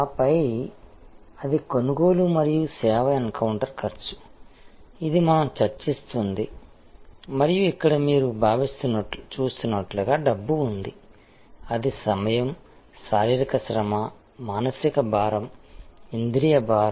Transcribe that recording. ఆపై అది కొనుగోలు మరియు సేవ ఎన్కౌంటర్ ఖర్చు ఇది మనం చర్చిస్తున్నది మరియు ఇక్కడ మీరు చూస్తున్నట్లుగా డబ్బు ఉంది అది సమయం శారీరక శ్రమ మానసిక భారం ఇంద్రియ భారం